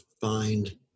find